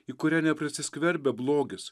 į kurią neprisiskverbia blogis